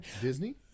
Disney